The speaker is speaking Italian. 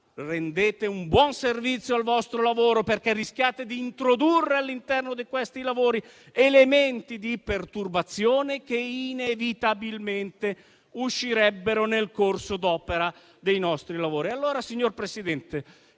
rendete un buon servizio al vostro lavoro, perché rischiate di introdurre, all'interno di questi lavori, elementi di perturbazione che inevitabilmente emergerebbero nel corso d'opera dei nostri lavori.